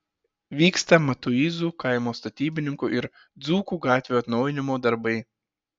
vyksta matuizų kaimo statybininkų ir dzūkų gatvių atnaujinimo darbai